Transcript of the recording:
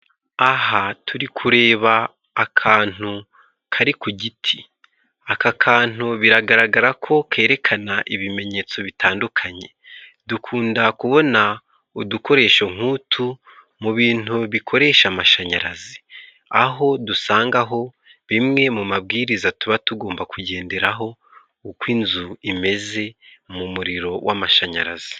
Aha turi kureba akantu kari ku giti. Aka kantu biragaragara ko kerekana ibimenyetso bitandukanye. Dukunda kubona udukoresho nk'utu mu bintu bikoresha amashanyarazi, aho dusangaho bimwe mu mabwiriza tuba tugomba kugenderaho, uko inzu imeze mu muriro w'amashanyarazi.